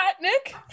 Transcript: Nick